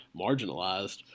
marginalized